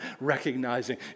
recognizing